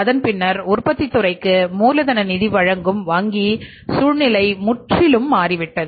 அதன் பின்னர் உற்பத்தித் துறைக்கு மூலதன நிதி வழங்கும் வங்கி சூழ்நிலை முற்றிலும் மாறிவிட்டது